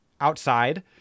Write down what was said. outside